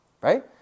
right